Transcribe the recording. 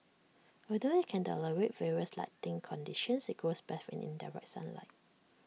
although IT can tolerate various lighting conditions IT grows best in indirect sunlight